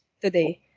today